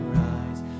rise